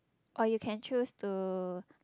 or you can choose to